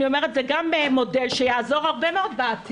אני אומרת: זה גם מודל שיעזור הרבה מאוד בעתיד.